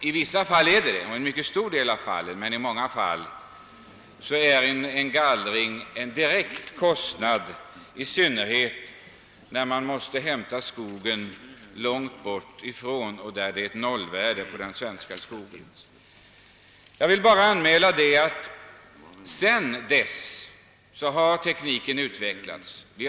I ett stort antal fall är kanske så förhållandet, men i allmänhet betyder en gallring en direkt kostnad, särskilt när virket måste hämtas långt bortifrån där den svenska skogen har ett nollvärde. Jag har velat framhålla att tekniken har utvecklats på detta område.